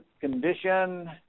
condition